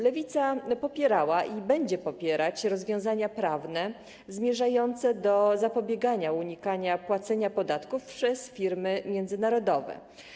Lewica popierała i będzie popierać rozwiązania prawne zmierzające do zapobiegania unikania płacenia podatków przez firmy międzynarodowe.